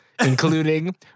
including